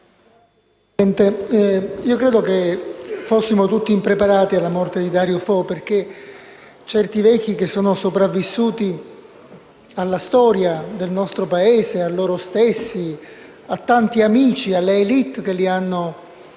Presidente, credo che fossimo tutti impreparati alla morte di Dario Fo, perché certi vecchi che sono sopravvissuti alla storia del nostro Paese, a loro stessi, a tanti amici, alle *élite* che li hanno confortati